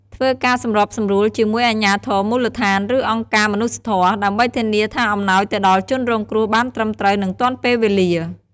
ធ្វើការសម្របសម្រួលជាមួយអាជ្ញាធរមូលដ្ឋាន ឬអង្គការមនុស្សធម៌ ដើម្បីធានាថាអំណោយទៅដល់ជនរងគ្រោះបានត្រឹមត្រូវ និងទាន់ពេលវេលា។